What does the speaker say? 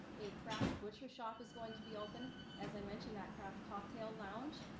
a craft butcher shop is going to be opened, as i mentioned that craft cocktail lounge.